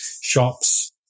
shops